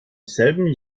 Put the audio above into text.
selben